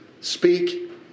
speak